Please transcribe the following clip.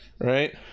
Right